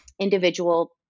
individual